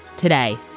today,